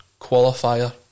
qualifier